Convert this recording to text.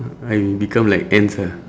I'm become like ants ah